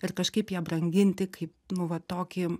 ir kažkaip ją branginti kaip nu va tokį